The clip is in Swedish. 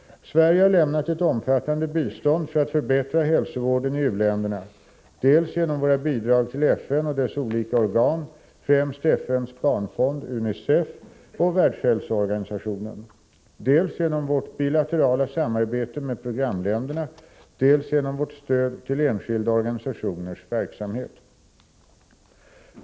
Sverige har lämnat ett omfattande bistånd för att förbättra hälsovården i u-länderna, dels genom våra bidrag till FN och dess olika organ, främst FN:s barnfond och Världshälsoorganisationen , dels genom vårt bilaterala samarbete med programländerna, dels genom vårt stöd till enskilda organisationers verksamhet.